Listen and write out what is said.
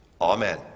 amen